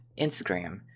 Instagram